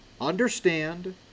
understand